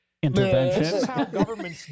Intervention